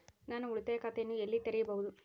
ನಾನು ಉಳಿತಾಯ ಖಾತೆಯನ್ನು ಎಲ್ಲಿ ತೆರೆಯಬಹುದು?